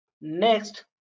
Next